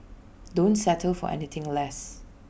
don't settle for anything less